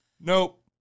Nope